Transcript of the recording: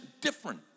different